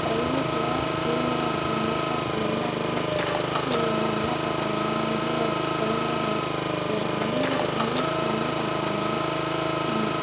ப்ரைவேட்டில் தூய்மையாக இருக்குது நீட்டாக இருக்குது எல்லோருமே நல்லா பார்க்குறாங்க முதியோர் குழந்தைகள் எல் அனைவருக்குமே நல்லா பார்க்குறாங்க